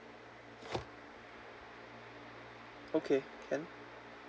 okay can